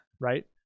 right